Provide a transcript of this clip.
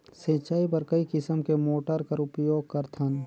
सिंचाई बर कई किसम के मोटर कर उपयोग करथन?